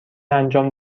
انجام